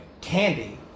Candy